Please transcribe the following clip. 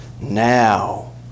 Now